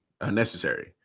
unnecessary